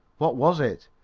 what was it?